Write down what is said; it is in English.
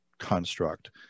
construct